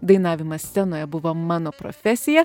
dainavimas scenoje buvo mano profesija